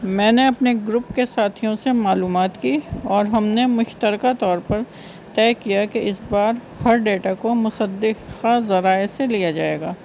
میں نے اپنے گروپ کے ساتھیوں سے معلومات کی اور ہم نے مشترکہ طور پر طے کیا کہ اس بار ہر ڈیٹا کو مصدخ ذرائع سے لیا جائے گا